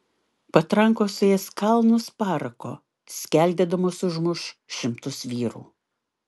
patrankos suės kalnus parako skeldėdamos užmuš šimtus vyrų